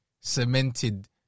cemented